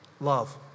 love